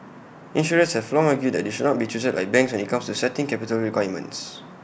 insurers have long argued they should not be treated like banks when IT comes to setting capital requirements